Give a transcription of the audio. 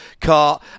car